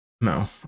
No